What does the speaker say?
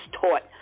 taught